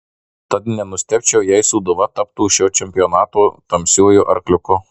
tad nenustebčiau jei sūduva taptų šio čempionato tamsiuoju arkliuku